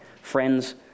friends